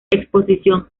exposición